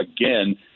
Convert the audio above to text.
again